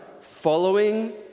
Following